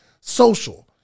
social